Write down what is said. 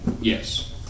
yes